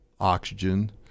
oxygen